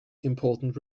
important